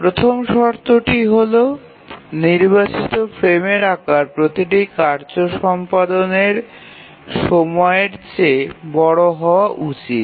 প্রথম শর্তটি হল নির্বাচিত ফ্রেমের আকার প্রতিটি কার্য সম্পাদনের সময়ের চেয়ে বড় হওয়া উচিত